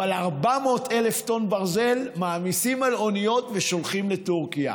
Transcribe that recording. אבל 400,000 טון ברזל מעמיסים על אוניות ושולחים לטורקיה.